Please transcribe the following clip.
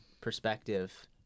perspective